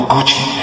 Gucci